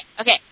okay